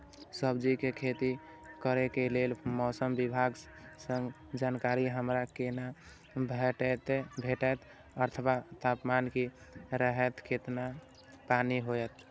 सब्जीके खेती करे के लेल मौसम विभाग सँ जानकारी हमरा केना भेटैत अथवा तापमान की रहैत केतना पानी होयत?